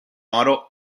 oro